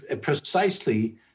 precisely